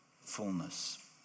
fullness